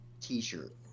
t-shirt